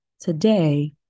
today